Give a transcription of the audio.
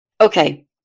Okay